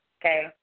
okay